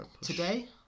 today